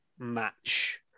match